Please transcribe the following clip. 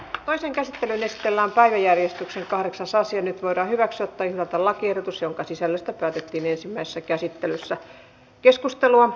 toiseen käsittelyyn esitellään päiväjärjestyksen kahdeksassa syönyt voida hyväksyä tai hylätä lakiehdotus jonka sisällöstä päätettiin asian käsittely päättyi